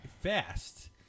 fast